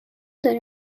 داری